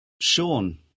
Sean